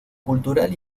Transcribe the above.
cultural